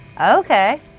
Okay